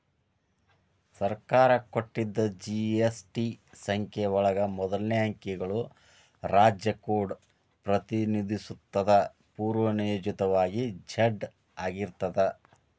ಸರ್ಕಾರ ಕೊಟ್ಟಿದ್ ಜಿ.ಎಸ್.ಟಿ ಸಂಖ್ಯೆ ಒಳಗ ಮೊದಲನೇ ಅಂಕಿಗಳು ರಾಜ್ಯ ಕೋಡ್ ಪ್ರತಿನಿಧಿಸುತ್ತದ ಪೂರ್ವನಿಯೋಜಿತವಾಗಿ ಝೆಡ್ ಆಗಿರ್ತದ